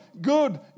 good